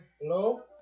Hello